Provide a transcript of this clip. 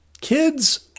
Kids